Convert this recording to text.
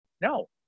No